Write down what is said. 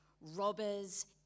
robbers